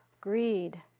greed